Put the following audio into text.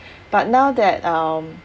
but now that um